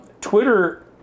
Twitter